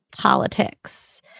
politics